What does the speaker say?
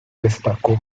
destacó